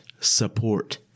support